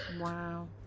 Wow